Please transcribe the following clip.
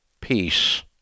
Peace